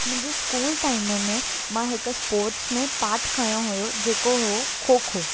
मुंहिंजे school time में मां हिकु स्पोर्ट्स में पार्ट खंयो हुयो जेको हुयो खोखो